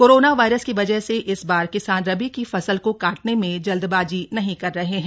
corona virus की वजह से इस बार किसान रबी की फसल को काटने में जल्दबाजी नहीं कर रहे हैं